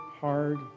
hard